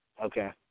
Okay